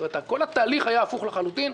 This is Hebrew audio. כל התהליך היה הפוך לחלוטין.